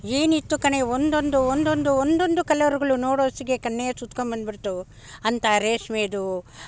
ಏನಿತ್ತು ಕಣೇ ಒಂದೊಂದು ಒಂದೊಂದು ಒಂದೊಂದು ಕಲರ್ಗಳು ನೋಡೋಷ್ಟೊತ್ತಿಗೆ ಕಣ್ಣೇ ಸುತ್ಕೊಂಡು ಬಂದ್ಬಿಡ್ತು ಅಂಥ ರೇಷ್ಮೆದು